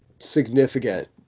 Significant